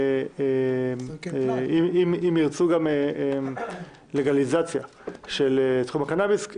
ואם ירצו אז גם לגליזציה של תחום הקנביס,